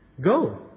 go